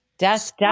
Death